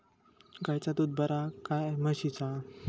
गायचा दूध बरा काय म्हशीचा?